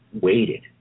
waited